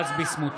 ביסמוט,